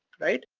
right?